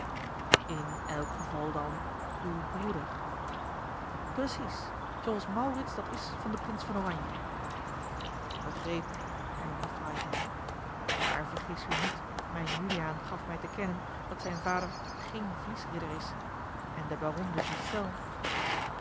in elk geval dan uw broeder precies zooals maurits dat is van den prins van oranje begrepen hernam de freiherr maar vergis u niet mijn juliaan gaf mij te kennen dat zijn vader geen vliesridder is en de